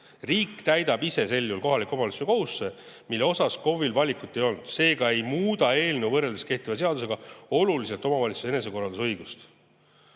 Riik täidab ise sel juhul kohaliku omavalitsuse kohustuse, mille osas KOV-il valikuõigust ei olnud. Seega ei muuda eelnõu võrreldes kehtiva seadusega oluliselt omavalitsuste enesekorraldusõigust.